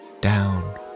down